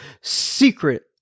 secret